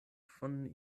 von